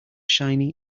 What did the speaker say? shiny